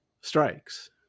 strikes